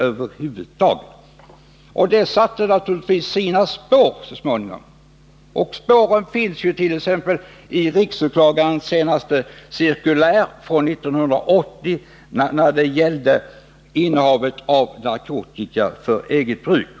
Detta har naturligtvis så småningom satt sina spår, t.ex. i riksåklagarens senaste cirkulär, från 1980, om innehav av narkotika för eget bruk.